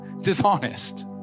dishonest